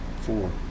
Four